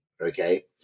Okay